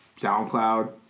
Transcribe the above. SoundCloud